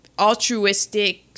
altruistic